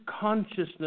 consciousness